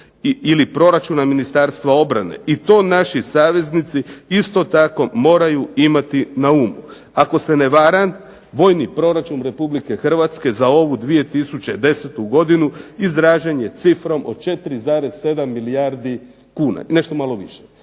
ili proračuna Ministarstva obrana. I to naši saveznici isto tako moraju imati na umu. Ako se ne varam vojni proračun Republike Hrvatske za ovu 2010. godinu izražen je cifrom od 4,7 milijardi kuna, nešto malo više.